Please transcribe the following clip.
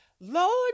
Lord